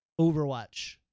Overwatch